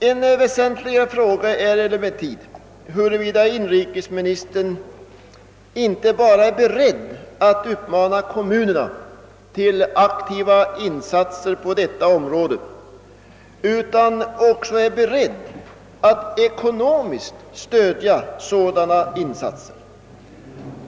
En väsentlig fråga är emellertid, huruvida inrikesministern inte bara är beredd att uppmana kommunerna till aktiva insatser på detta område utan också är beredd att ekonomiskt stödja kommunerna för sådana insatser.